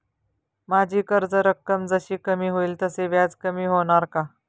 माझी कर्ज रक्कम जशी कमी होईल तसे व्याज कमी होणार का?